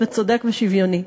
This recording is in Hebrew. צודק ושוויוני.